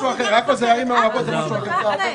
בעכו זה ערים מעורבות, זה משהו אחר.